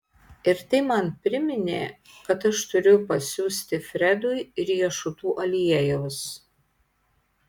ir tai man priminė kad aš turiu pasiųsti fredui riešutų aliejaus